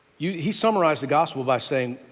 yeah he summarized the gospel by saying,